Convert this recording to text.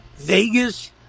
Vegas